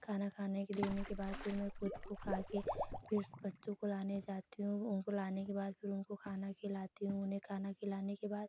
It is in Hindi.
खाना खाने देने के बाद फिर मैं ख़ुद को खाकर फिर उस बच्चों को लाने जाती हूँ उनको लाने के बाद फिर उनको खाना खिलाती हूँ उन्हें खाना खिलाने के बाद